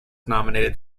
nominated